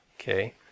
Okay